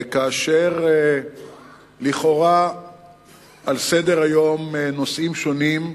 כאשר לכאורה על סדר-היום נושאים שונים,